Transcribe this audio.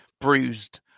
bruised